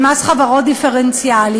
למס חברות דיפרנציאלי,